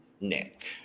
Nick